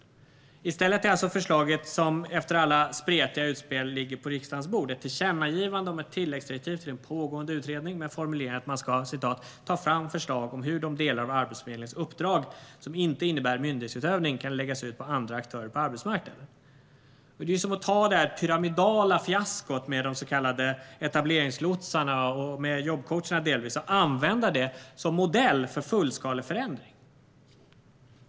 Det som ligger på riksdagens bord efter alla spretiga utspel är ett förslag till tillkännagivande om att ge den pågående utredningen "tilläggsdirektiv om att ta fram förslag om hur de delar av Arbetsförmedlingens uppdrag som inte innebär myndighetsutövning kan läggas ut på andra aktörer på arbetsmarknaden". Det är ju som att ta det pyramidala fiaskot med de så kallade etableringslotsarna och delvis med jobbcoacherna och använda det som modell för fullskalig förändring.